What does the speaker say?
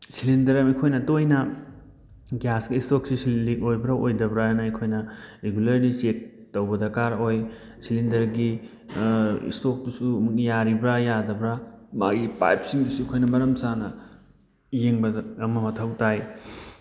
cylinder ꯑꯃ ꯑꯩꯈꯣꯏꯅ ꯇꯣꯏꯅ ꯒ꯭ꯌꯥꯁꯀꯤ ꯏꯁꯇꯣꯛꯁꯤ ꯂꯤꯛ ꯑꯣꯏꯕ꯭ꯔꯥ ꯑꯣꯏꯗꯕ꯭ꯔꯥꯅ ꯑꯩꯈꯣꯏꯅ ꯔꯤꯒꯨꯂꯔꯂꯤ ꯆꯦꯛ ꯇꯧꯕ ꯗꯔꯀꯥꯔ ꯑꯣꯏ ꯁꯤꯂꯤꯟꯗꯔꯒꯤ ꯏꯁꯇꯣꯛꯇꯨꯁꯨ ꯑꯃꯨꯛ ꯌꯥꯔꯤꯕ꯭ꯔꯥ ꯌꯥꯗꯕ꯭ꯔꯥ ꯃꯥꯒꯤ ꯄꯥꯏꯞꯁꯤꯡꯗꯨꯁꯨ ꯑꯩꯈꯣꯏꯅ ꯃꯔꯝ ꯆꯥꯅ ꯌꯦꯡꯕꯗ ꯑꯃ ꯃꯊꯧ ꯇꯥꯏ